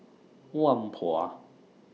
Whampoa